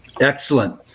excellent